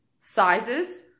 sizes